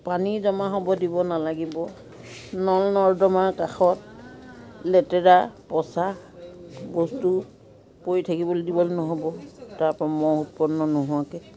পানী জমা হ'ব দিব নালাগিব নল নৰ্দমাৰ কাষত লেতেৰা পঁচা বস্তু পৰি থাকিবলৈ দিব নহ'ব তাৰ পৰা মহ উৎপন্ন নোহোৱাকৈ